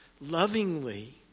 lovingly